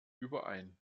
überein